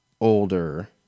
older